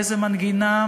באיזו מנגינה,